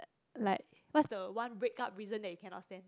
like what's the one break up reason that you cannot stand